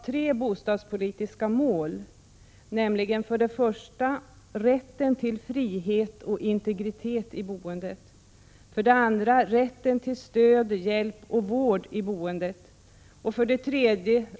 Tre bostadspolitiska mål angavs när det gäller att förbättra boendeförhållandena för de nämnda grupperna. 3.